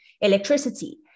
electricity